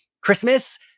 Christmas